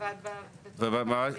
בוועדה מחוזית.